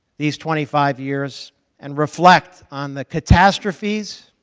these twenty five years and reflect on the catastrophes,